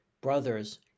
brothers